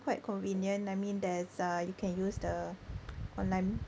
quite convenient I mean there's uh you can use the online